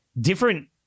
different